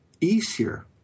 easier